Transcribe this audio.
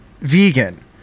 vegan